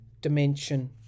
dimension